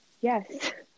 Yes